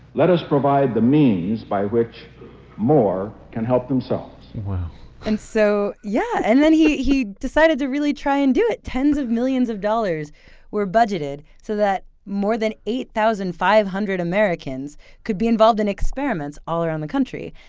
let us provide the means by which more can help themselves wow and so yeah. and then he he decided to really try and do it. tens of millions of dollars were budgeted so that more than eight thousand five hundred americans could be involved in experiments all around the country.